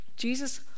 Jesus